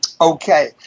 Okay